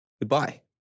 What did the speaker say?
goodbye